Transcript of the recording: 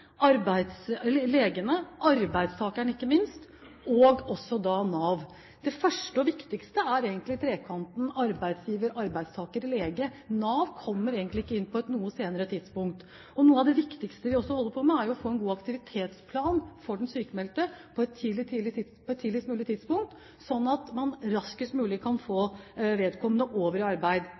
legene, arbeidstakerne, ikke minst, og Nav. Det første og viktigste er egentlig trekanten arbeidsgiver–arbeidstaker–lege. Nav kommer egentlig ikke inn før på et noe senere tidspunkt. Noe av det viktigste vi også holder på med, er å få en god aktivitetsplan for den sykmeldte på et tidligst mulig tidspunkt, sånn at man raskest mulig kan få vedkommende over i arbeid.